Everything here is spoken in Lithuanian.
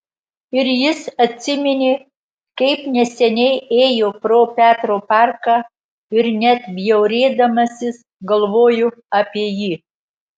ir jis atsiminė kaip neseniai ėjo pro petro parką ir net bjaurėdamasis galvojo apie jį